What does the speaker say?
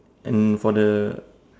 and for the